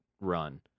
run